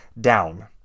down